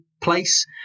place